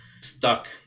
stuck